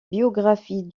biographies